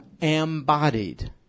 embodied